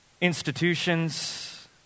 Institutions